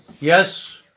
Yes